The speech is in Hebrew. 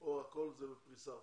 או הכול זה בפריסה ארצית?